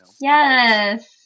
Yes